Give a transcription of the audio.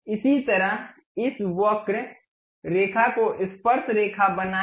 इसी तरह इस वक्र रेखा को स्पर्शरेखा बनाएं